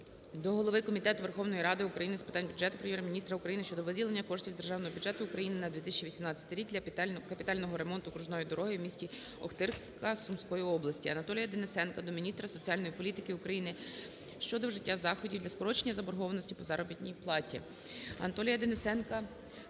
до голови Комітету Верховної Ради України з питань бюджету, Прем'єр-міністра України щодо виділення коштів з Державного бюджету України на 2018 рік для капітального ремонту окружної дороги в місті Охтирка Сумської області. Анатолія Денисенка до міністра соціальної політики України щодо вжиття заходів для скорочення заборгованості по заробітній платі.